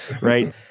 Right